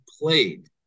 played